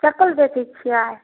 चप्पल बेचै छियै